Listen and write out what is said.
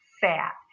fat